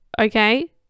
okay